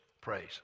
praise